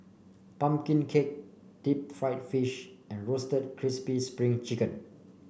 pumpkin cake Deep Fried Fish and Roasted Crispy Spring Chicken